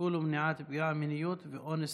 טיפול ומניעת פגיעות מיניות ואונס